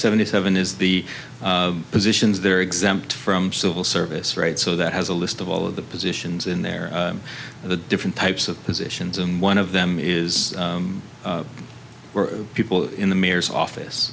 seventy seven is the positions they're exempt from civil service right so that has a list of all of the positions in there the different types of positions and one of them is people in the mayor's office